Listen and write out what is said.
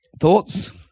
thoughts